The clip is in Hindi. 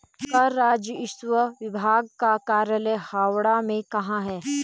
कर राजस्व विभाग का कार्यालय हावड़ा में कहाँ है?